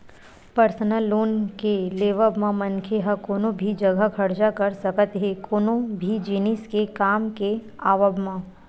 personal loan के लेवब म मनखे ह कोनो भी जघा खरचा कर सकत हे कोनो भी जिनिस के काम के आवब म